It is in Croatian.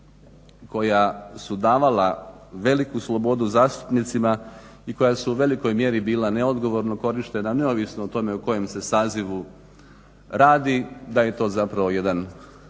koja su davala veliku slobodu zastupnicima i koja su u velikoj mjeri bila neodgovorno korištena neovisno o tome o kojem se sazivu radi, da je to zapravo jedan